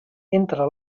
entre